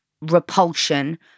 repulsion